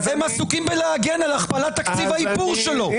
חברי הקואליציה עסוקים בלהגן על הכפלת תקציב האיפור שלו.